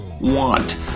want